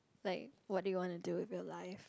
like what do wanna do with your life